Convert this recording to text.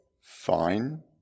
Fine